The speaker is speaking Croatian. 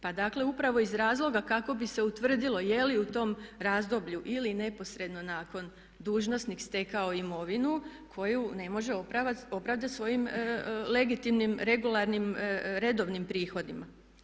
Pa dakle, upravo iz razloga kako bi se utvrdilo je li u tom razdoblju ili neposredno nakon dužnosnik stekao imovinu koju ne može opravdat svojim legitimnim regularnim redovnim prihodima.